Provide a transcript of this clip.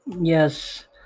Yes